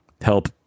help